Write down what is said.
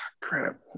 crap